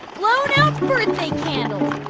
blown out birthday candles,